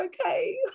okay